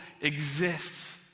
exists